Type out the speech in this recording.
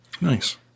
Nice